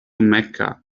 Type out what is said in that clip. mecca